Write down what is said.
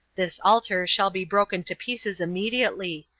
this altar shall be broken to pieces immediately,